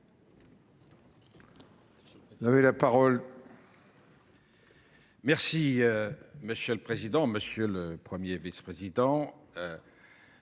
merci.